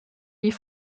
die